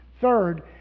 third